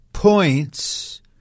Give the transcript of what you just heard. Points